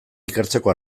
ikertzeko